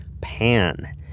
pan